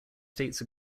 states